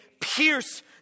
pierce